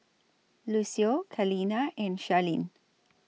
Lucio Kaleena and Charlene